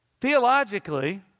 Theologically